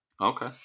okay